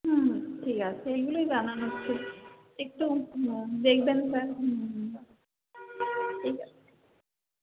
হুম ঠিক আছে এইগুলোই জানানোর ছিল একটু দেখবেন স্যার হুম হুম ঠিক আছে